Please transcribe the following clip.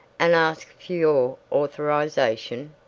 and ask for your authorization?